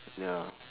ya